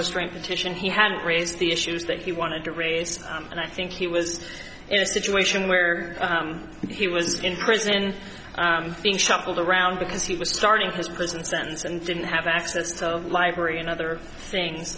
restraint petition he had raised the issues that he wanted to raise and i think he was in a situation where he was in prison and being shuffled around because he was starting his prison sentence and didn't have access to a library and other things